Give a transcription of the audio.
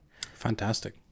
fantastic